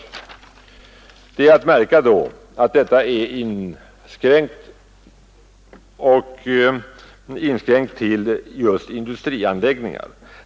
Det är då att märka att handlingsmöjligheterna inskränkts just till industrianläggningar.